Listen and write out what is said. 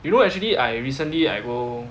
you know actually I recently I go